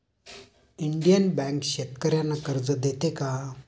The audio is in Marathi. इंडियन बँक शेतकर्यांना कर्ज देते का?